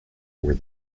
were